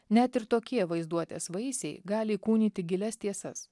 net ir tokie vaizduotės vaisiai gali įkūnyti gilias tiesas